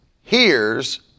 hears